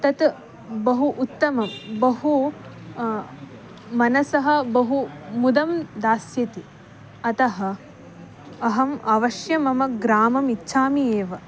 तत् बहु उत्तमं बहु मनसः बहु मुदं दास्यति अतः अहम् अवश्यं मम ग्राममिच्छामि एव